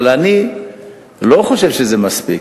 אבל אני לא חושב שזה מספיק.